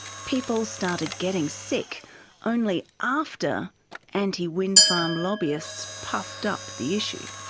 people started getting sick only after anti-windfarm lobbyists puffed up the issue.